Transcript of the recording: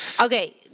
Okay